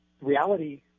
reality